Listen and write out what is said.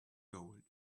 gold